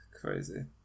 Crazy